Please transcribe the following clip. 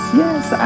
yes